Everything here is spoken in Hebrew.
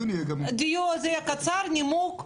הדיון יהיה קצר, נימוק כמו,